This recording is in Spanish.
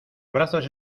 brazos